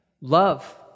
Love